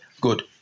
Good